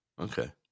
Okay